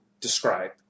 describe